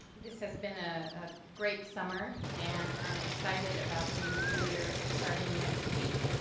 this has been a ah great summer and i'm excited about the new school year starting next week.